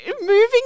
moving